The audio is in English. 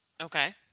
Okay